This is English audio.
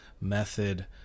method